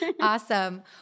Awesome